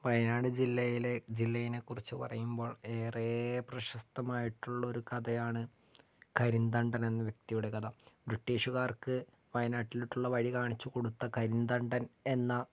വയനാട് ജില്ലയിലെ ജില്ലയിനെക്കുറിച്ച് പറയുമ്പോൾ ഏറേ പ്രശസ്തമായിട്ടുള്ളൊരു കഥയാണ് കരിന്തണ്ടൻ എന്ന വ്യക്തിയുടെ കഥ ബ്രിട്ടീഷുകാർക്ക് വായനാട്ടിലോട്ടുള്ള വഴി കാണിച്ചുകൊടുത്ത കരിന്തണ്ടൻ എന്ന